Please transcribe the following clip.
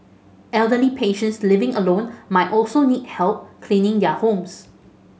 elderly patients living alone might also need help cleaning their homes